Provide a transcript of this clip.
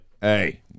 Hey